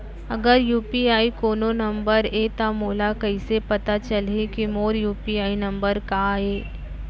अगर यू.पी.आई कोनो नंबर ये त मोला कइसे पता चलही कि मोर यू.पी.आई नंबर का ये?